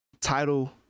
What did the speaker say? title